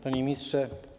Panie Ministrze!